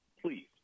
Please